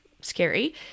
scary